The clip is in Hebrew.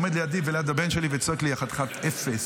והוא עומד לידי וליד הבן שלי וצועק לי: יא חתיכת אפס,